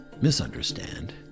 misunderstand